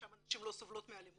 שם נשים לא סובלות מאלימות?